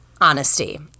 honesty